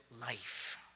life